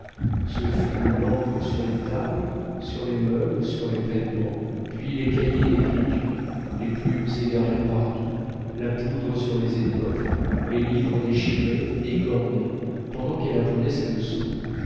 ce fut l'encre sur les tables sur les meubles sur les vêtements puis les cahiers d'écriture les plumes égarées partout la poudre sur les étoffes les livres déchirés écornés pendant qu'elle apprenait ses leçons